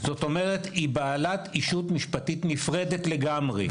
זאת אומרת, היא בעלת ישות משפטית נפרדת לגמרי.